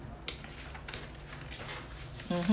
mmhmm